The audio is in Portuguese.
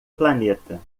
planeta